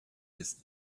this